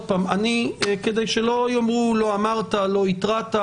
כדי שלא יאמרו שלא אמרתי או התרעתי,